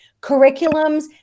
curriculums